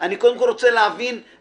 אפשר להגיד שוויסות לא מעלה מחירים,